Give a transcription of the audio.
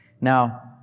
Now